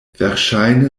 verŝajne